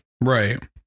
Right